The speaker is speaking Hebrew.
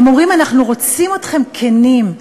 הם אומרים: אנחנו רוצים אתכם כנים,